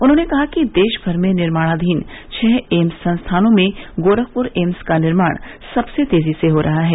उन्होंने कहा कि देशभर में निर्माणधीन छ एम्स संस्थानों में गोरखपुर एम्स का निर्माण सबसे तेजी से हो रहा है